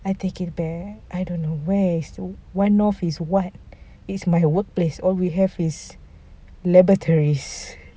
I take it back I don't know where is one-north is what is my workplace all we have is laboratories